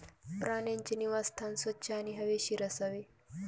प्राण्यांचे निवासस्थान स्वच्छ आणि हवेशीर असावे